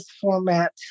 format